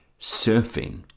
surfing